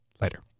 Later